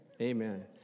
Amen